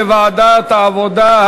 לדיון מוקדם בוועדת העבודה,